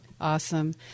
Awesome